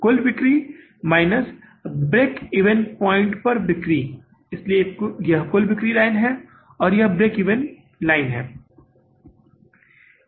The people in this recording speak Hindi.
कुल बिक्री माइनस ब्रेक इवन पॉइंट्स पर बिक्री है इसलिए यह कुल बिक्री लाइन है और यह ब्रेक इवन लाइन है